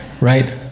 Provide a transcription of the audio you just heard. right